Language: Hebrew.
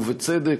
ובצדק,